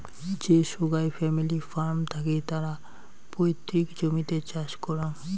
যে সোগায় family farm থাকি তারা পৈতৃক জমিতে চাষ করাং